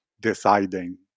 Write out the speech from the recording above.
deciding